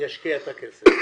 להשקיע את הכסף.